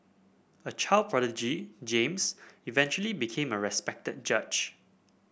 a child prodigy James eventually became a respected judge